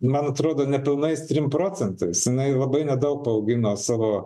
man atrodo nepilnais trim procentais na ir labai nedaug paaugino savo